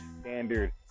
standard